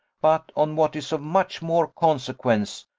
but on what is of much more consequence,